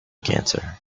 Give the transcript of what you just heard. cancer